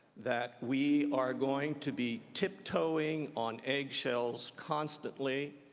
that we are going to be tiptoeing on egg shells constantly,